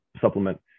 supplement